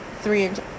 three-inch